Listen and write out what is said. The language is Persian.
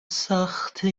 سخته